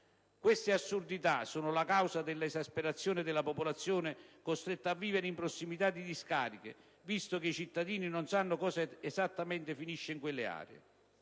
Queste assurdità sono la causa dell'esasperazione della popolazione costretta a vivere in prossimità di discariche, visto che i cittadini non sanno cosa esattamente finisce in quelle aree.